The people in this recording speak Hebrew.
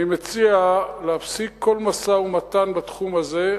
אני מציע להפסיק כל משא-ומתן בתחום הזה.